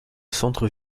centre